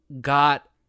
got